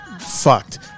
fucked